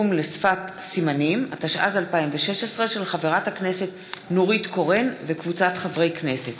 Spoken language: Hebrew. התשע"ז 2016, מאת חברי הכנסת